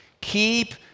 Keep